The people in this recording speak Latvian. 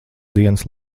dienas